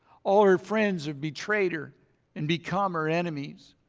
all her friends have betrayed her and become her enemies.